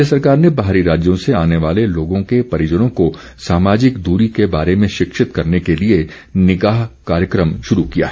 राज्य सरकार ने बाहरी राज्यों से आने वाले लोगों के परिजनों को सामाजिक दूरी के बारे में शिक्षित करने के लिए निगाह कार्यक्रम शुरू किया है